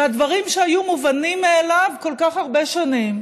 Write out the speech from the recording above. והדברים שהיו מובנים מאליהם כל כך הרבה שנים